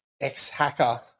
ex-hacker